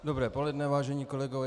Dobré poledne, vážení kolegové.